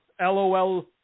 LOL